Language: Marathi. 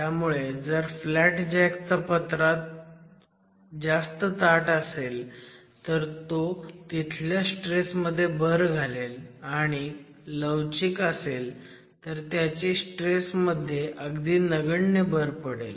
त्यामुळे जर फ्लॅट जॅक चा पत्रा जास्त ताठ असेल तर तो तिथल्या स्ट्रेस मध्ये भर घालेल आणि जर लवचिक असेल तर त्याची स्ट्रेस मध्ये अगदी नगण्य भर पडेल